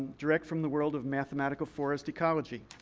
direct from the world of mathematical forest ecology.